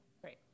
Great